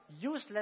useless